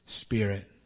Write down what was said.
spirit